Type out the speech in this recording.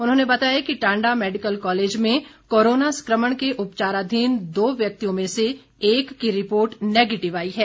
उन्होंने बताया कि टांडा मैडिकल कॉलेज में कोरोना संक्रमण के उपचाराधीन दो व्यक्तियों में से एक की रिपोर्ट नेगेटिव आई है